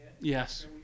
Yes